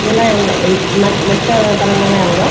இதெல்லாம் எவ் இவ் மத் மற்ற பழங்கள்லாம் எவ்வளோ